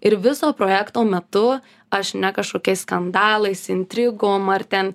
ir viso projekto metu aš ne kažkokiais skandalais intrigom ar ten